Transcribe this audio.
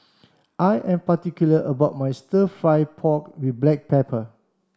I am particular about my stir fry pork with black pepper